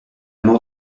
mort